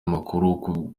amakuru